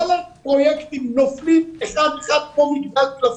כל הפרויקטים נופלים אחד אחד כמו מגדל קלפים.